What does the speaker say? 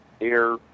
air